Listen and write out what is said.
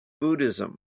Buddhism